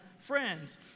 friends